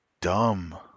dumb